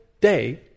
day